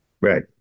Right